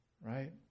right